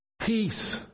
peace